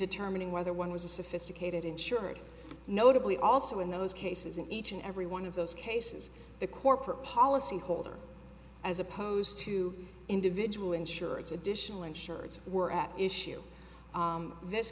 determining whether one was a sophisticated insurer notably also in those cases in each and every one of those cases the corporate policy holder as opposed to individual insurance additional insurance were at issue this